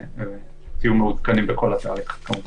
ותהיו מעודכנים בכל התהליך כמובן.